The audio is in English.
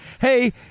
hey